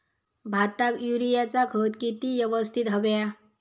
भाताक युरियाचा खत किती यवस्तित हव्या?